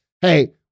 hey